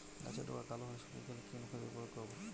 গাছের ডগা কালো হয়ে শুকিয়ে গেলে কি অনুখাদ্য প্রয়োগ করব?